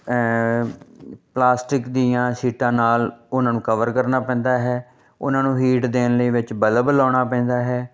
plastic ਦੀਆਂ ਸ਼ੀਟਾਂ ਨਾਲ ਉਹਨਾਂ ਨੂੰ ਕਵਰ ਕਰਨਾ ਪੈਂਦਾ ਹੈ ਉਹਨਾਂ ਨੂੰ ਹੀਟ ਦੇਣ ਲਈ ਵਿੱਚ ਬਲਬ ਲਾਉਣਾ ਪੈਂਦਾ ਹੈ